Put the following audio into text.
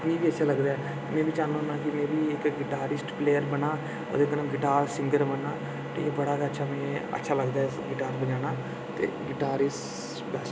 मीं बी अच्छा लगदा ऐ में बी चाह्न्नां होन्ना कि में बी इक गिटारिस्ट प्लेयर बना गिटार सिंगर बना बड़ा गै मीं अच्छा लगदा ऐ गिटार बजाना गिटार इज बैस्ट